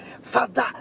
Father